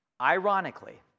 Ironically